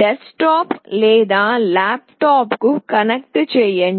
desktop లేదా laptop కు connect చేయండి